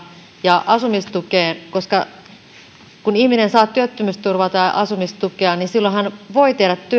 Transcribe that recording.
ja asumistukeen että kun ihminen saa työttömyysturvaa tai asumistukea silloin hän voi tehdä